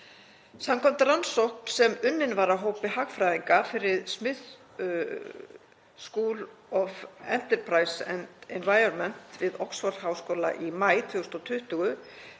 Samkvæmt rannsókn sem unnin var af hópi hagfræðinga fyrir Smith School of Enterprise and the Environment við Oxford-háskóla í maí 2020,